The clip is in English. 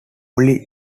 woolly